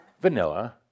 Vanilla